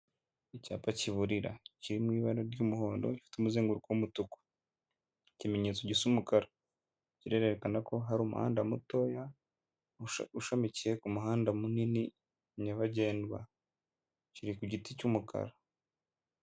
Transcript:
Icyapa kiburira, kiri mu ibara ry'umuhondo, gifite umuzenguruko w'umutuku, ikimenyetso gisa umukara. Kirerekana ko hari umuhanda mutoya ushamikiye ku muhanda munini nyabagendwa; kiri ku giti cy'umukara.